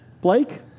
Blake